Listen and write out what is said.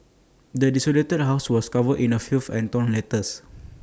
the desolated house was covered in A filth and torn letters